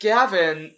Gavin